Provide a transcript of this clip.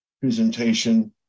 presentation